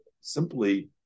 Simply